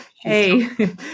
hey